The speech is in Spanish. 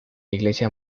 iglesia